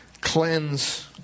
cleanse